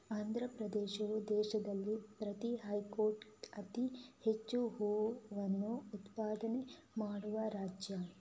ಆಂಧ್ರಪ್ರದೇಶವು ದೇಶದಲ್ಲಿ ಪ್ರತಿ ಹೆಕ್ಟೇರ್ಗೆ ಅತಿ ಹೆಚ್ಚು ಹೂವನ್ನ ಉತ್ಪಾದನೆ ಮಾಡುವ ರಾಜ್ಯ